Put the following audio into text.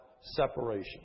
separation